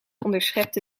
onderschepte